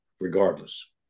regardless